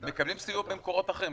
הם מקבלים סיוע ממקורות אחרים.